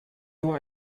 nur